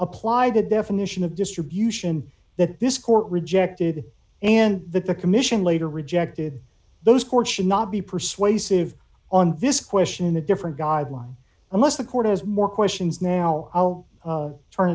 apply the definition of distribution that this court rejected and that the commission later rejected those courts should not be persuasive on this question in a different guideline unless the court has more questions now